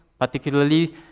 particularly